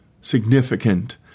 significant